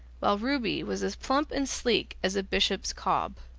while ruby was as plump and sleek as a bishop's cob.